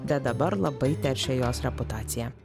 bet dabar labai teršia jos reputaciją